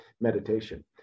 meditation